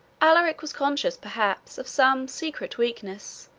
alaric was conscious, perhaps, of some secret weakness,